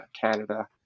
Canada